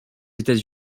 états